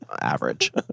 average